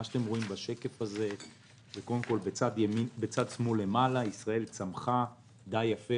מה שאתם רואים בשקף הזה בצד שמאל למעלה ישראל צמחה די יפה